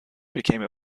became